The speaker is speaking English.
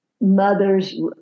mothers